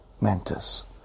mantis